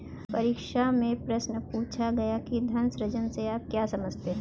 परीक्षा में प्रश्न पूछा गया कि धन सृजन से आप क्या समझते हैं?